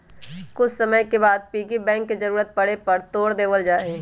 कुछ समय के बाद पिग्गी बैंक के जरूरत पड़े पर तोड देवल जाहई